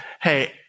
Hey